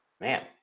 Man